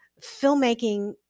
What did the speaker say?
filmmaking